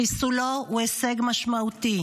חיסולו הוא הישג משמעותי